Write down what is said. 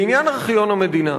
לעניין ארכיון המדינה: